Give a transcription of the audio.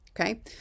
okay